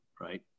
right